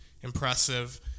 impressive